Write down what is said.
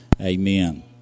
Amen